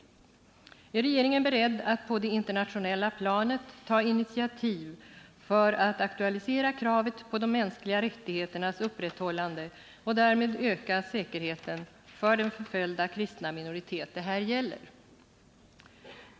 Är regeringen beredd att på det internationella planet ta initiativ för att aktualisera kravet på de mänskliga rättigheternas upprätthållande och därmed öka säkerheten för den förföljda kristna minoritet det här gäller?